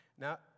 Now